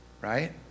Right